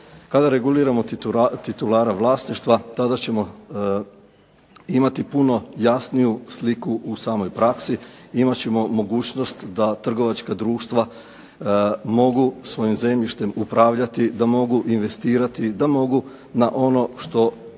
Kada reguliramo titulara vlasništva, tada ćemo imati puno jasniju sliku u samoj praksi, imat ćemo mogućnost da trgovačka društva mogu svojim zemljištem upravljati, da mogu investirati, da mogu na ono što